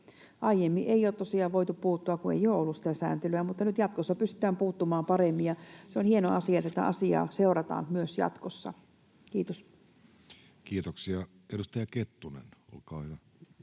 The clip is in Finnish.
Aiemmin ei ole tosiaan voitu puuttua, kun ei ole ollut sitä sääntelyä, mutta nyt jatkossa pystytään puuttumaan paremmin. Ja se on hieno asia, että tätä asiaa seurataan myös jatkossa. — Kiitos. [Speech